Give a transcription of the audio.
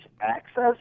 access